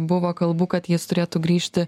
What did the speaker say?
buvo kalbų kad jis turėtų grįžti